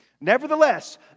Nevertheless